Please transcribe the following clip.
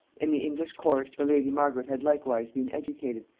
in the english court the lady margaret had likewise been educated,